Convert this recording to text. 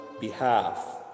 behalf